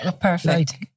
perfect